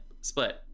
Split